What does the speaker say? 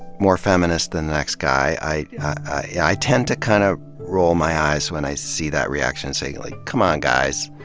more feminist than the next guy. i yeah i tend to kind of roll my eyes when i see that reaction, like come on, guys.